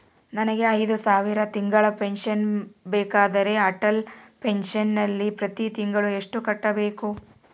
ನನಗೆ ಐದು ಸಾವಿರ ತಿಂಗಳ ಪೆನ್ಶನ್ ಬೇಕಾದರೆ ಅಟಲ್ ಪೆನ್ಶನ್ ನಲ್ಲಿ ಪ್ರತಿ ತಿಂಗಳು ಎಷ್ಟು ಕಟ್ಟಬೇಕು?